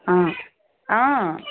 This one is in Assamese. অঁ অঁ